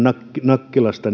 nakkilan